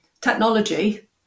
technology